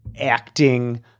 acting